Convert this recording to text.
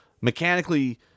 mechanically